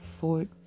Fort